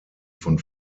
von